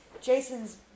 Jason's